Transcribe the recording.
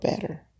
better